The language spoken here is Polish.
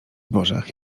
zbożach